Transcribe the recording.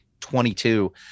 22